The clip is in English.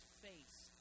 face